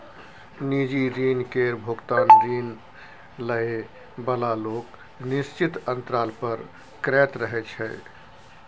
निजी ऋण केर भोगतान ऋण लए बला लोक निश्चित अंतराल पर करैत रहय छै